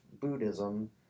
Buddhism